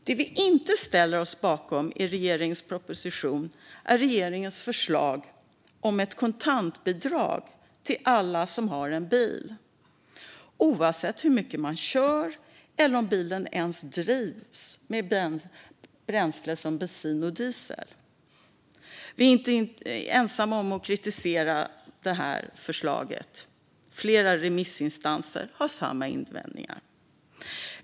Det vi inte ställer oss bakom i regeringens proposition är förslaget om ett kontantbidrag till alla som har en bil, oavsett hur mycket man kör eller om bilen ens drivs med bränsle som bensin eller diesel. Vi är inte ensamma om att kritisera förslaget. Flera remissinstanser har samma invändningar.